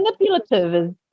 manipulative